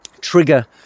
trigger